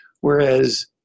Whereas